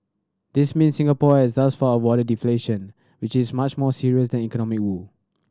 this means Singapore has thus far avoided deflation which is much more serious than economic woe